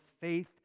faith